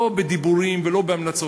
לא בדיבורים ולא בהמלצות,